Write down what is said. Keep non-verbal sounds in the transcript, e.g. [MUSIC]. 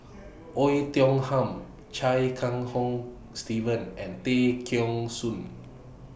[NOISE] Oei Tiong Ham Chia Kiah Hong Steve and Tay Kheng Soon